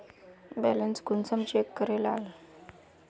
Balance कुंसम check करे लाल?